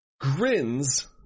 Grins